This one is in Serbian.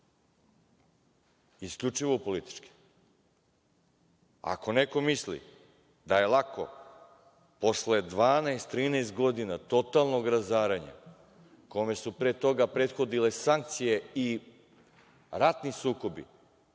Isključivo u političke. Ako neko misli da je lako posle 12, 13 godina totalnog razaranja kome su pre toga prethodile sankcije i ratni sukobi